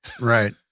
Right